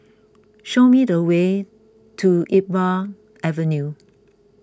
show me the way to Iqbal Avenue